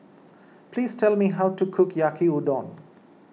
please tell me how to cook Yaki Udon